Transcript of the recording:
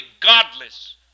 godless